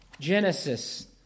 Genesis